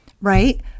right